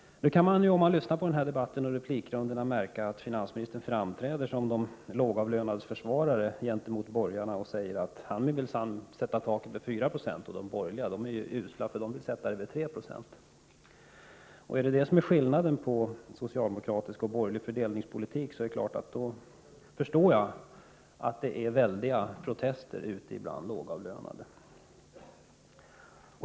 När man lyssnar på debatten kan man märka att finansministern framträder som de lågavlönades försvarare gentemot borgarna och säger att han minsann vill sätta taket vid 4 96 men att de borgerliga är usla och vill sätta det vid 3 96. Om detta är skillnaden mellan socialdemokratisk och borgerlig fördelningspolitik förstår jag naturligtvis att det blir väldiga protester bland lågavlönade.